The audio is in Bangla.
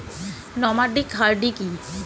নমাডিক হার্ডি কি?